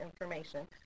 information